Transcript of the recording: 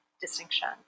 distinction